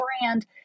brand